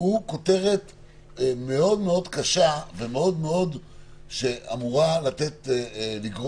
הוא כותרת מאוד מאוד קשה ושאמורה לגרום